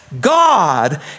God